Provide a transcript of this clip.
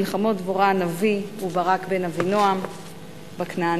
מלחמות דבורה הנביאה וברק בן אבינעם בכנענים,